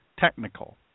technical